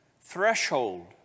threshold